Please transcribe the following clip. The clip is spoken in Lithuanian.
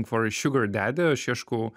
for daddy šeškų